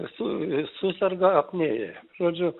su suserga apnėja žodžiu